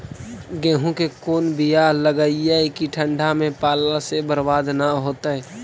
गेहूं के कोन बियाह लगइयै कि ठंडा में पाला से बरबाद न होतै?